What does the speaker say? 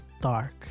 dark